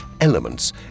Elements